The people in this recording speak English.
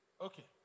Okay